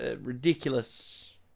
ridiculous